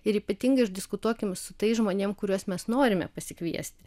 ir ypatingai išdiskutuokim su tais žmonėm kuriuos mes norime pasikviest